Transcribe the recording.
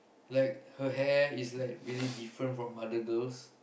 like her hair is like really different from other girls